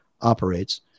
operates